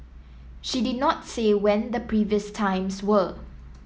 she did not say when the previous times were